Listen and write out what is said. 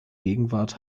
gegenwart